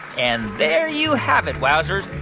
and there you have it, wowzers.